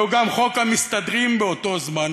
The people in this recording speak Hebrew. הוא גם חוק המסתדרים, באותו זמן.